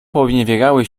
poniewierały